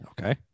okay